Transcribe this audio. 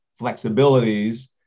flexibilities